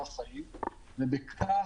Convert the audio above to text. בכך